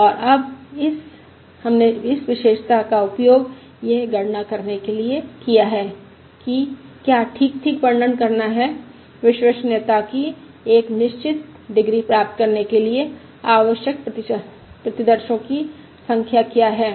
और अब इस हमने विशेषता का उपयोग यह गणना करने के लिए किया है की क्या ठीक ठीक वर्णन करना है विश्वसनीयता की एक निश्चित डिग्री प्राप्त करने के लिए आवश्यक प्रतिदर्शो की संख्या क्या है